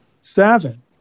seven